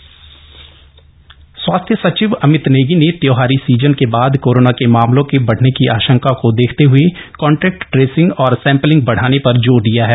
स्वास्थ्य सचिव स्वास्थ्य सचिव अमित नेगी ने त्योहारी सीजन के बाद कोरोना के मामलों के बढ़ने की आशंका को देखते हए कॉन्टैक्ट ट्रेसिंग और सैम्ल्यिंग बढ़ाने पर जोर दिया है